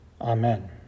Amen